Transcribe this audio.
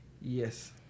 Yes